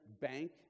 bank